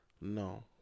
No